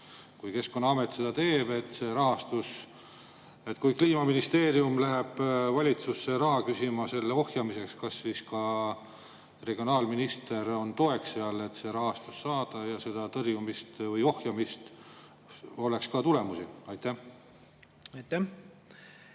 Kui Keskkonnaamet seda teeb, et see rahastus … Kui Kliimaministeerium läheb valitsusse raha küsima selle ohjamiseks, kas siis regionaalminister on toeks, et see rahastus saada ja sellel tõrjumisel või ohjamisel oleks ka tulemusi? Aitäh! Esiteks,